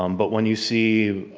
um but when you see